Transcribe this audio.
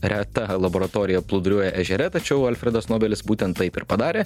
reta laboratorija plūduriuoja ežere tačiau alfredas nobelis būtent taip ir padarė